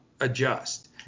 adjust